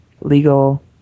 legal